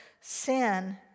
Sin